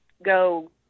go